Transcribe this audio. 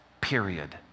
period